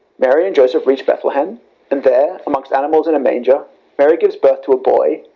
mary and joseph reach bethlehem and there amongst animals in a manger mary gives birth to a boy,